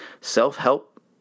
self-help